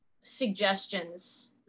suggestions